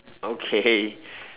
okay